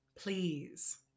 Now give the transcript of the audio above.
Please